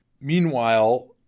meanwhile